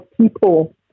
people